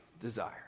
desire